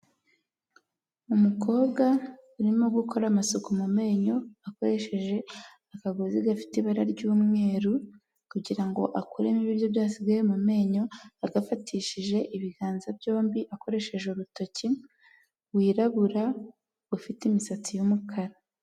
Umukobwa urimo gukora amasuku mu menyo akoresheje akagozi gafite ibara ry'umweru kugirango akuremo ibiryo byasigaye mu menyo, agafatishije ibiganza byombi akoresheje urutoki wirabura ufite imisatsi y'umukara.